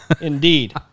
indeed